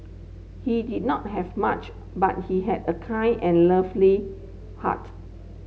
he did not have much but he had a kind and lovely heart